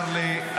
צר לי,